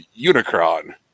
Unicron